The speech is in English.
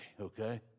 okay